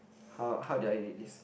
how how do I read this